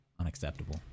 Unacceptable